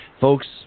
Folks